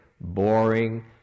boring